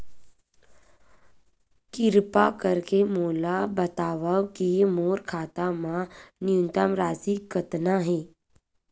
किरपा करके मोला बतावव कि मोर खाता मा न्यूनतम राशि कतना हे